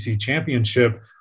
championship